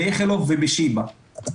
באיכילוב ובשיבא.